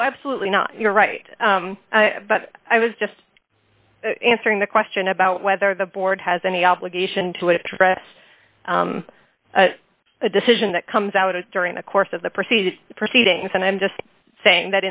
oh absolutely not you're right but i was just answering the question about whether the board has any obligation to address a decision that comes out of during the course of the proceedings proceedings and i'm just saying